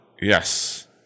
yes